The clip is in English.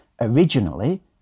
originally